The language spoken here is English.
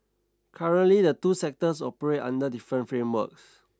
currently the two sectors operate under different frameworks